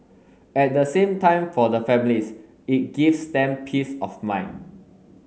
at the same time for the families it gives them peace of mind